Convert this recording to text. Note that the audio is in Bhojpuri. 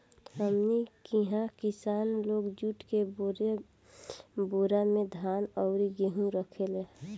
हमनी किहा किसान लोग जुट के बोरा में धान अउरी गेहू रखेले